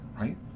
right